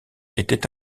était